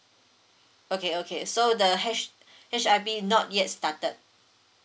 okay okay so the h H_I_P not yet started